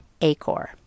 Acor